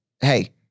hey